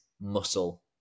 muscle